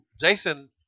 Jason